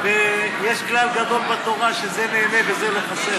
יש כלל גדול בתורה, של זה נהנה וזה לא חסר.